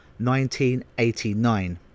1989